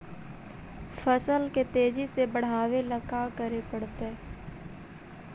फसल के तेजी से बढ़ावेला का करे पड़तई?